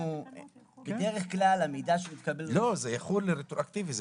בדרך כלל המידע שנתקבל --- זה יחול רטרואקטיבית.